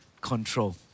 control